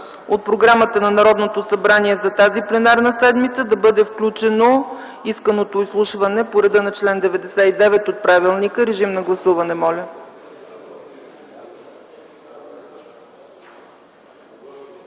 от Програмата на Народното събрание за тази пленарна седмица да бъде включено исканото изслушване по реда на чл. 99 от Правилника. Гласували